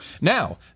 Now